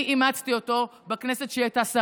אני אימצתי אותו בכנסת כשהיא הייתה שרה.